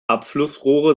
abflussrohre